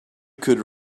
could